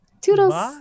Toodles